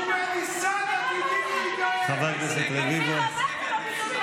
חבר הכנסת רביבו, אני קורא לך.